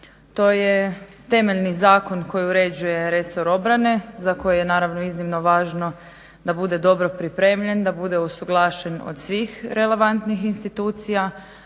To je temeljni zakon koji uređuje resor obrane za koji je naravno iznimno važno da bude dobro pripremljen, da bude usuglašen od svih relevantnih institucija